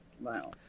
Wow